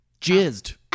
jizzed